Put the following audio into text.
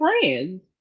friends